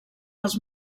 dels